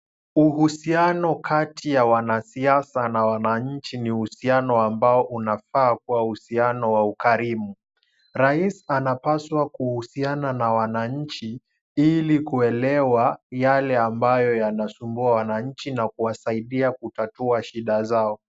Uhusiano kati ya wanasiasa na wananchi, ni uhusiano ambao unafaa kuwa uhusiano wa ukarimu. Rais anapaswa kuhusiana na wananchi ili kuelewa yale ambayo yanasumbua wananchi na kuwasaidia kutatua shida zao.